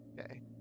Okay